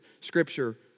scripture